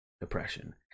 depression